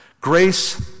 Grace